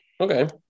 Okay